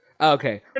Okay